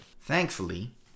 Thankfully